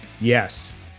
Yes